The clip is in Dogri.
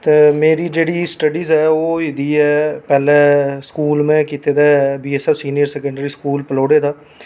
ते मेरी जेह्ड़ी स्टड़ीज़ ऐ ओह् होई दी ऐ पैह्लैं स्कूल में कीते दा ऐ B S F senior school पलौड़े दा